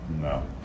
No